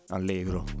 allegro